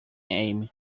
aim